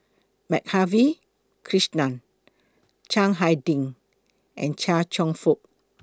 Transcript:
Madhavi Krishnan Chiang Hai Ding and Chia Cheong Fook